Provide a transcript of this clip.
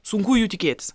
sunku jų tikėtis